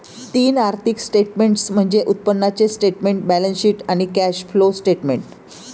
तीन आर्थिक स्टेटमेंट्स म्हणजे उत्पन्नाचे स्टेटमेंट, बॅलन्सशीट आणि कॅश फ्लो स्टेटमेंट